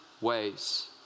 ways